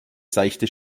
seichte